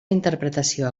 interpretació